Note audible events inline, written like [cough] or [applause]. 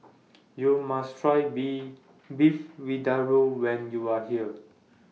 [noise] YOU must Try Bee Beef Vindaloo when YOU Are here [noise]